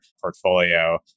portfolio